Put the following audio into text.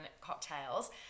cocktails